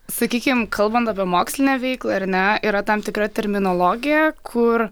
sakykim kalbant apie mokslinę veiklą ar ne yra tam tikra terminologija kur